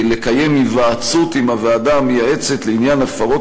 לקיים היוועצות עם הוועדה המייעצת לעניין הפרות